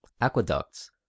aqueducts